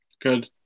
Good